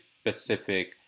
specific